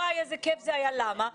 איזה כייף זה היה, למה?